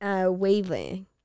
wavelength